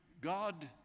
God